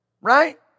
right